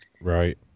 right